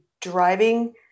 driving